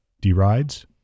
derides